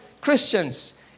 Christians